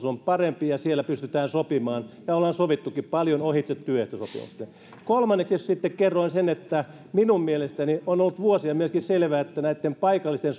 on parempi ja siellä pystytään sopimaan ja ollaan sovittukin paljon ohitse työehtosopimusten kolmanneksi sitten kerroin että minun mielestäni on ollut vuosia myöskin selvää että näitten paikallisten